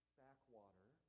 backwater